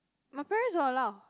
my parents don't allow